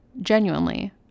genuinely